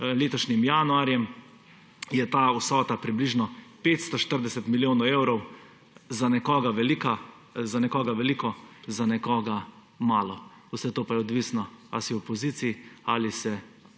letošnjim januarjem, je ta vsota približno 540 milijonov evrov. Za nekoga veliko, za nekoga malo, vse to pa je odvisno, ali si v opoziciji ali si